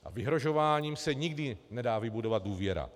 A vyhrožováním se nikdy nedá vybudovat důvěra.